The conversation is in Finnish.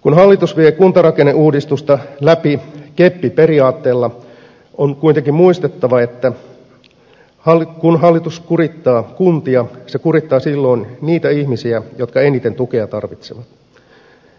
kun hallitus vie kuntarakenneuudistusta läpi keppiperiaatteella on kuitenkin muistettava että kun hallitus kurittaa kuntia se kurittaa silloin niitä ihmisiä jotka eniten tukea tarvitsevat